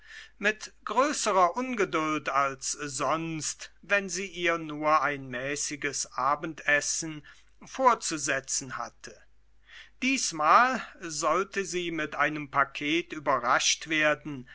mit größerer ungeduld als sonst wenn sie ihr nur ein mäßiges abendessen vorzusetzen hatte diesmal sollte sie mit einem paket überrascht werden